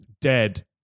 dead